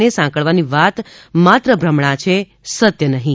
ને સાંકળવાની વાત માત્ર ભ્રમણા છે સત્ય નહીં